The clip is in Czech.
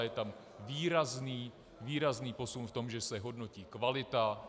Je tam výrazný, výrazný posun v tom, že se hodnotí kvalita.